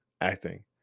acting